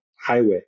highway